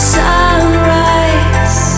sunrise